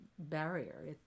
barrier